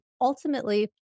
ultimately